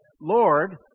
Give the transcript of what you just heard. Lord